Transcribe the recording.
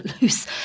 loose